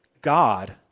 God